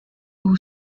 two